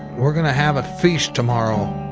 we're going to have a feast tomorrow.